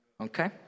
Okay